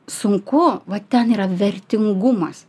sunku va ten yra vertingumas